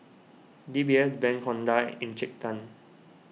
D B S Bank Honda and Encik Tan